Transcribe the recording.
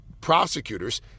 Prosecutors